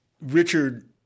Richard